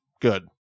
good